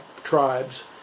tribes